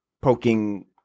poking